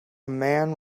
man